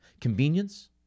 convenience